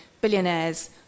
billionaires